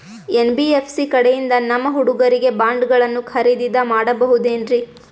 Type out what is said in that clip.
NBFC ಕಡೆಯಿಂದ ನಮ್ಮ ಹುಡುಗರಿಗೆ ಬಾಂಡ್ ಗಳನ್ನು ಖರೀದಿದ ಮಾಡಬಹುದೇನ್ರಿ?